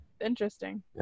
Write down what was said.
Interesting